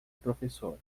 professor